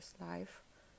life